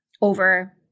over